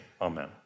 amen